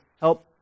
help